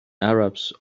arabs